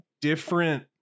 different